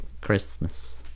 Christmas